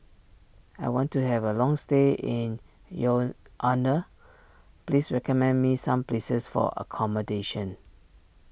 I want to have a long stay in Yaounde please recommend me some places for accommodation